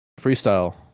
freestyle